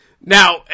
Now